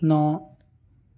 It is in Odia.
ନଅ